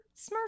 Smurf